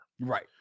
Right